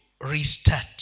restart